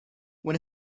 when